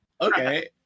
Okay